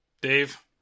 Dave